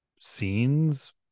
scenes